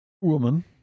woman